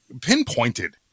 pinpointed